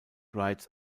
writes